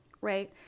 right